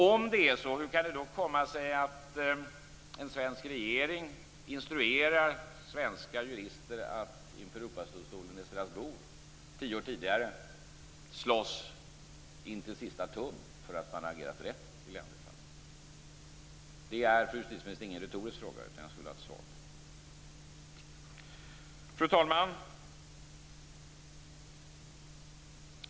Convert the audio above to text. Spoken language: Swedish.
Om det är så, hur kan det då komma sig att en svensk regering instruerar svenska jurister att inför Europadomstolen i Strasbourg tio år tidigare slåss intill sista tum för att man har agerat rätt i Leanderfallet? Det är, fru justitieminister, ingen retorisk fråga, utan jag skulle vilja ha ett svar på den. Fru talman!